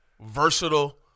versatile